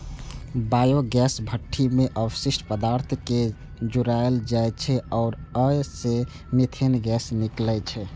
biogas भट्ठी मे अवशिष्ट पदार्थ कें सड़ाएल जाइ छै आ अय सं मीथेन गैस निकलै छै